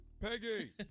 Peggy